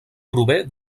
prové